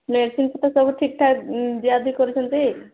medicine ସେଟା ସବୁ ଠିକ୍ ଠାକ୍ ଦିଆ ଦେଇ କରୁଛନ୍ତି